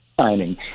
signing